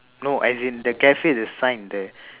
no as in the cafe the sign there